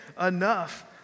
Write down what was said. enough